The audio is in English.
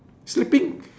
sleeping